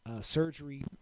surgery